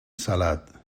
salat